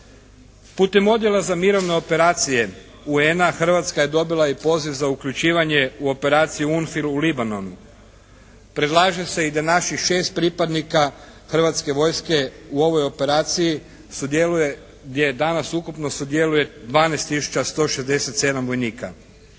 Putem odjela za mirovne operacije UN-a Hrvatska je dobila i poziv za uključivanje u operacije …/Govornik se ne razumije./… u Libanonu. Predlaže se i da naših 6 pripadnika Hrvatske vojske u ovoj operaciji sudjeluje gdje je